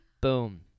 Boom